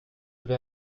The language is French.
vais